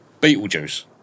Beetlejuice